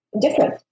different